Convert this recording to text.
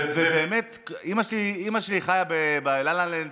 אימא שלי באמת חיה בלה-לה-לנד,